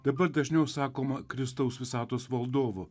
dabar dažniau sakoma kristaus visatos valdovo